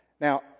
Now